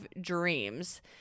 dreams